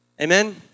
Amen